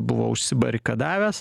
buvo užsibarikadavęs